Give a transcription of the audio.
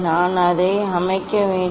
நான் அதை அமைக்க வேண்டும்